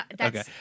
Okay